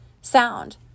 sound